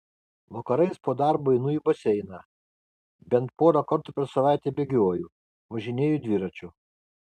vakarais po darbo einu į baseiną bent porą kartų per savaitę bėgioju važinėju dviračiu